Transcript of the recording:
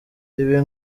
ibi